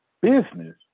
business